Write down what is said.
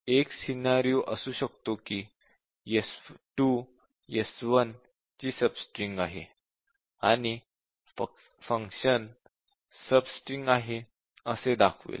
एक सिनॅरिओ असू शकतो कि s2 s1 ची सबस्ट्रिंग आहे आणि फंक्शन "सबस्ट्रिंग आहे" असे दाखवेल